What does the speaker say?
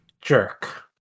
jerk